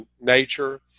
nature